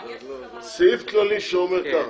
סעיף כללי שאומר ככה,